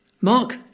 Mark